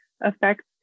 affects